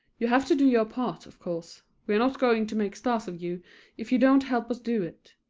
you have to do your part, of course we are not going to make stars of you if you don't help us do it.